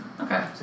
Okay